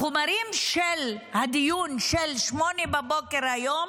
את החומרים של הדיון של 08:00 בבוקר היום